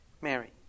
Mary